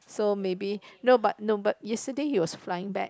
so maybe no but no but yesterday he was flying back